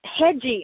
hedgy